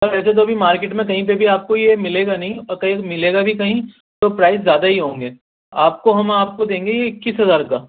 سر ویسے تو ابھی مارکیٹ میں کہیں پہ بھی آپ کو یہ ملے گا نہیں اور کہیں پہ ملے گا بھی کہیں تو پرائز زیادہ ہی ہوں گے آپ کو ہم آپ کو دیں گے یہ اکیس ہزار کا